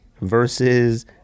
versus